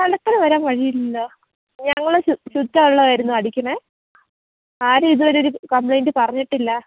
കലക്കൽ വരാൻ വഴിയില്ലല്ലോ ഞങ്ങൾ ശുദ്ധവെള്ളം ആയിരുന്നു അടിക്കുന്നത് ആരും ഇതുവരെ ഒരു കംപ്ലയിന്റ്റും പറഞ്ഞിട്ടില്ല